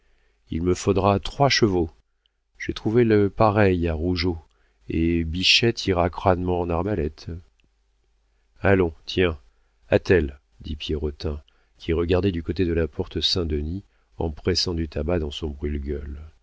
il me faudra trois chevaux j'ai trouvé le pareil à rougeot et bichette ira crânement en arbalète allons tiens attelle dit pierrotin qui regardait du côté de la porte saint-denis en pressant du tabac dans son brûle-gueule